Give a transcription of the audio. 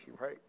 right